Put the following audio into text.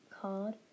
called